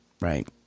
Right